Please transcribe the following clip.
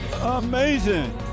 Amazing